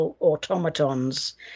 automatons